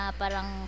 parang